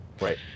Right